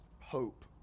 hope